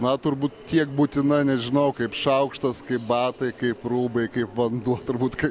na turbūt tiek būtina nes žinau kaip šaukštas kaip batai kaip rūbai kaip vanduo turbūt kai